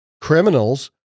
Criminals